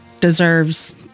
deserves